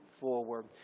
forward